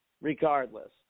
regardless